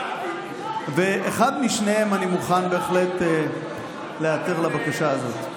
אחד משניהם, אני מוכן בהחלט להיעתר לבקשה הזאת.